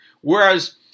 Whereas